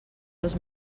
dos